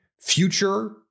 future